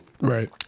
Right